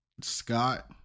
Scott